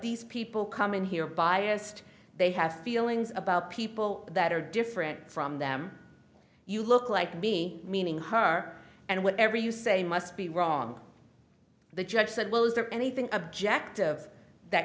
these people come in here biased they have feelings about people that are different from them you look like me meaning her are and whatever you say must be wrong the judge said well is there anything objective that